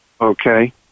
Okay